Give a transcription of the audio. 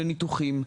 לניתוחים.